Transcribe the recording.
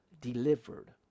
delivered